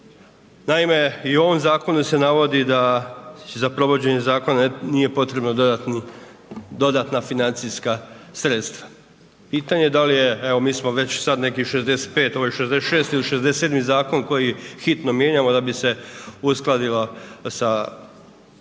Naime, i u ovom zakonu se navodi da za provođenje zakona nije potrebno dodatna financijska sredstva. Pitanje da li je, evo mi već sad neki 65, ovo je 66 ili 67 zakon koji hitno mijenjamo da bi se uskladila sa